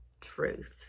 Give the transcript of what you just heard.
truth